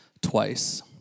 twice